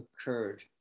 occurred